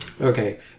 Okay